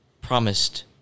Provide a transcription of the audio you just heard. promised